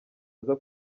aza